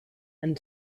and